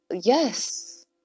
Yes